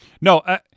No